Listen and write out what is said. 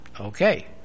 okay